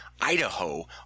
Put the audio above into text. Idaho